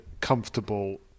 comfortable